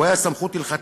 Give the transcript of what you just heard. לא ראיתי.